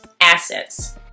assets